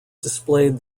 displayed